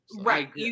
Right